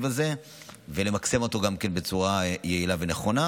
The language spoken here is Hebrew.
הזה ולמקסם אותו גם בצורה יעילה ונכונה,